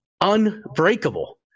Unbreakable